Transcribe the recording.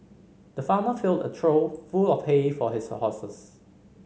the farmer filled a trough full of hay for his horses